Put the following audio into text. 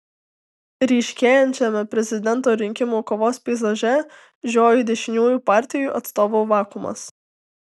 ryškėjančiame prezidento rinkimų kovos peizaže žioji dešiniųjų partijų atstovų vakuumas